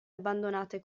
abbandonate